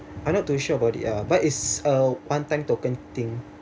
I'm not too sure about it ah but it's a one time token thing